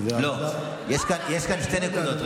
יש כאן שתי נקודות,